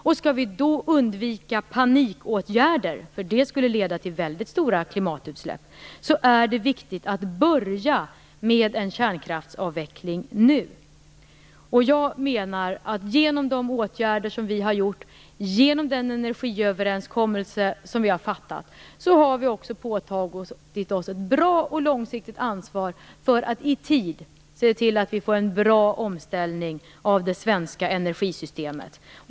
Om vi skall undvika panikåtgärder, för det skulle leda till väldigt stora utsläpp, är det viktigt att börja med en kärnkraftsavveckling nu. Jag menar att vi, genom de åtgärder som vi har gjort och genom den energiöverenskommelse som vi har fattat också har påtagit oss ett bra och långsiktigt ansvar för att i tid se till att vi får en bra omställning av det svenska energisystemet.